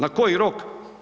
Na koji rok?